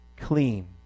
Clean